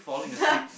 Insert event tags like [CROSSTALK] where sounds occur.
[LAUGHS]